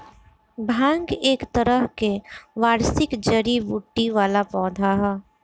भांग एक तरह के वार्षिक जड़ी बूटी वाला पौधा ह